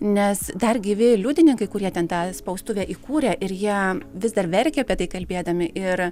nes dar gyvi liudininkai kurie ten tą spaustuvę įkūrė ir jie vis dar verkia apie tai kalbėdami ir